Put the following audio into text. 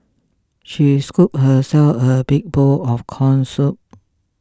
she scooped herself a big bowl of Corn Soup